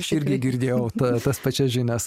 aš irgi girdėjau tas pačias žinias